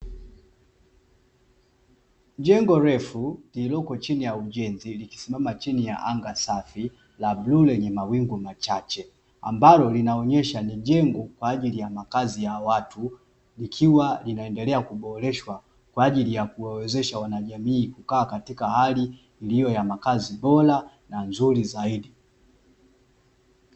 Jengo refu lilioko chini ya ujenzi likisimama chini ya anga safi la bluu lenye mawingu machache, ambalo linaonyesha ni jengo kwaajili ya makazi ya watu, likiwa linaendelea kuboreshwa kwaajili ya kuwawezesha wana jamii kukaa katika hali iliyo na makazi bora na nzuri zaidi.